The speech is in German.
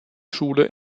schule